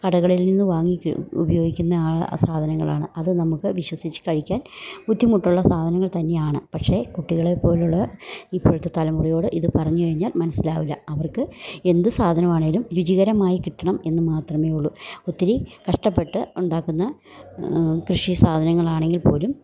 കടകളിൽ നിന്ന് വാങ്ങിക്കു ഉപയോഗിക്കുന്ന സാധനങ്ങളാണ് അത് നമുക്ക് വിശ്വസിച്ച് കഴിക്കാൻ ബുദ്ധിമുട്ടുള്ള സാധനങ്ങൾ തന്നെയാണ് പക്ഷെ കുട്ടികളെ പോലുള്ള ഇപ്പോഴത്തെ തലമുറയോട് ഇത് പറഞ്ഞ് കഴിഞ്ഞാൽ മനസ്സിലാവില്ല അവർക്ക് എന്ത് സാധനമാണേലും രുചികരമായി കിട്ടണം എന്ന് മാത്രമേ ഉള്ളു ഒത്തിരി കഷ്ടപ്പെട്ട് ഉണ്ടാക്കുന്ന കൃഷി സാധനങ്ങളാണെങ്കിൽ പോലും